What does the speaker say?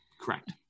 Correct